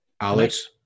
Alex